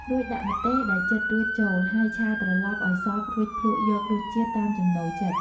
រួចដាក់ម្ទេសដែលចិតរួចចូលហើយឆាត្រឡប់ឱ្យសព្វរួចភ្លក្សយករសជាតិតាមចំណូលចិត្ត។